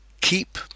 KEEP